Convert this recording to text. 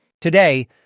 Today